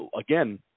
again